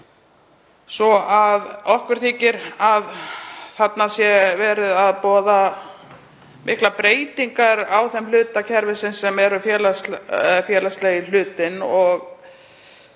svo að okkur þykir að þarna sé verið að boða miklar breytingar á þeim hluta kerfisins sem er félagslegi hlutinn, og